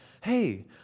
hey